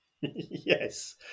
Yes